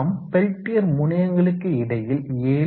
நாம் பெல்டியர் முனையங்களுக்கு இடையில் 7